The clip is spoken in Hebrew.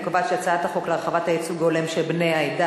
חוק להרחבת הייצוג ההולם של בני העדה